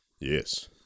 Yes